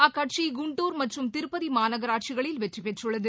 அக்கட்சி குண்டுர் மற்றும் திருப்பதி மாநகராட்சிகளில் வெற்றி பெற்றுள்ளது